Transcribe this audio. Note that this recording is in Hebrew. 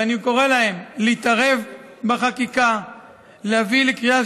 ואני קורא להם להתערב בחקיקה ולהביא לקריאה